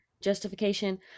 justification